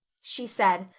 she said,